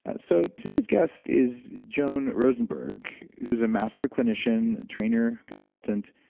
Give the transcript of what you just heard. and so today's guest is joan rosenberg, who's a master clinician, trainer consultant.